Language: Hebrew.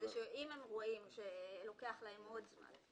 אם הם רואים שלוקח להם עוד זמן.